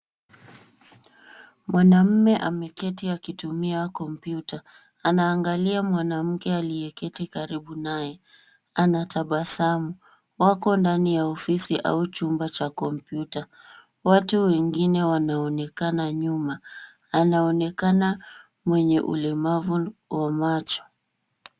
Mwanaume ameketi akitumia kompyuta. Anaangalia mwanaume aliyeketi karibu naye. Anatabasamu. Wako ndani ya ofisi au chumba cha kompyuta. Watu wengine wanaonekana nyuma. Anaonekana mwenye ulemavu wa macho.